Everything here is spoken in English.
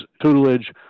tutelage